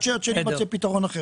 עד שיימצא פתרון אחר.